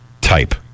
type